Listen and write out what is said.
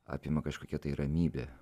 apima kažkokia tai ramybė